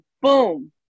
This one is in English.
Boom